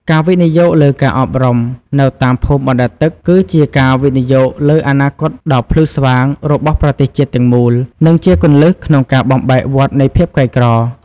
ការវិនិយោគលើការអប់រំនៅតាមភូមិបណ្តែតទឹក គឺជាការវិនិយោគលើអនាគតដ៏ភ្លឺស្វាងរបស់ប្រទេសជាតិទាំងមូល និងជាគន្លឹះក្នុងការបំបែកវដ្តនៃភាពក្រីក្រ។